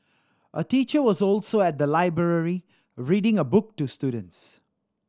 a teacher was also at the library reading a book to students